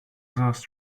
those